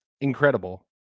incredible